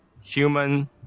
human